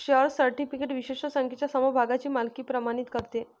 share certificate विशिष्ट संख्येच्या समभागांची मालकी प्रमाणित करते